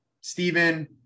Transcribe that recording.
Stephen